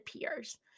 peers